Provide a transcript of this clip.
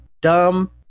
dumb